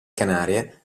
canarie